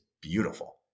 beautiful